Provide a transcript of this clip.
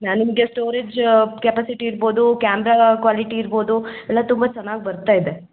ಹಾಂ ನಿಮಗೆ storage capacity ಇರ್ಬೋದು ಕ್ಯಾಮ್ರಾ ಕ್ವಾಲಿಟಿ ಇರ್ಬೋದು ಎಲ್ಲ ತುಂಬ ಚೆನ್ನಾಗಿ ಬರ್ತ ಇದೆ